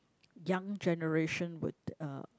young generation would uh